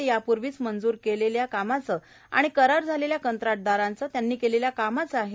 ते यापूर्वीच मंजूर केलेल्या कामाचे व करार झालेल्या कंत्राटदराचे त्यांनी केलेल्या कामाचेच आहे